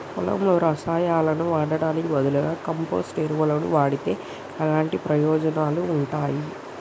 పొలంలో రసాయనాలు వాడటానికి బదులుగా కంపోస్ట్ ఎరువును వాడితే ఎలాంటి ప్రయోజనాలు ఉంటాయి?